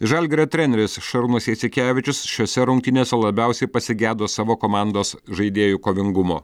žalgirio treneris šarūnas jasikevičius šiose rungtynėse labiausiai pasigedo savo komandos žaidėjų kovingumo